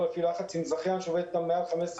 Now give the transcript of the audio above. להפעיל לחץ על זכיין שעובד איתם כבר יותר מ-15 שנים.